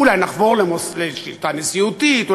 אולי נחבור לשיטה נשיאותית.